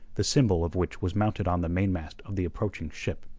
the symbol of which was mounted on the mainmast of the approaching ship.